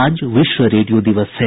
आज विश्व रेडियो दिवस है